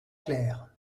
clair